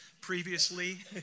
previously